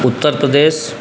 Uttar Pradesh